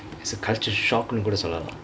is a culture shock சொல்லலாம்:sollalaam